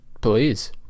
please